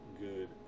good